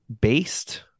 based